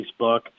Facebook